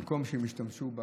במקום שהם ישתמשו בקורונה.